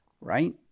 right